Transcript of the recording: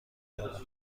دارد